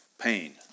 pain